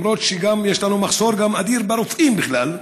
למרות שיש לנו גם מחסור אדיר ברופאים בכלל.